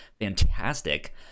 Fantastic